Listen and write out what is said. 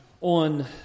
On